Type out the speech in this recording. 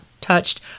touched